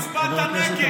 למה הצבעת נגד?